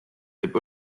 võib